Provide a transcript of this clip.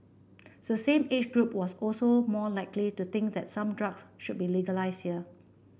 the same age group was also more likely to think that some drugs should be legalised here